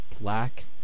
black